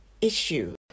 issue